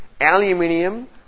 aluminium